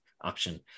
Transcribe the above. option